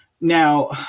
Now